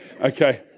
Okay